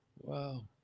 wow